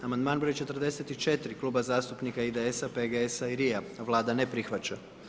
Amandman broj 44., Kluba zastupnika IDS-a, PGS-a i LRI-a, Vlada ne prihvaća.